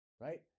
right